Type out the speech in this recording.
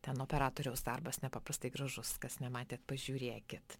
ten operatoriaus darbas nepaprastai gražus kas nematėt pažiūrėkit